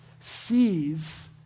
sees